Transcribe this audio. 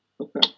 Okay